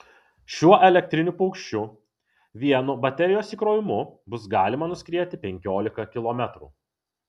šiuo elektriniu paukščiu vienu baterijos įkrovimu bus galima nuskrieti penkiolika kilometrų